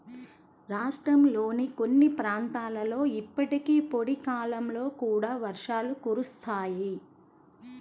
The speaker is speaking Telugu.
రాష్ట్రంలోని కొన్ని ప్రాంతాలలో ఇప్పటికీ పొడి కాలంలో కూడా వర్షాలు కురుస్తాయి